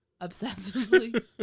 obsessively